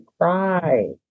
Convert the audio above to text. cry